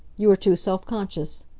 you are too self-conscious.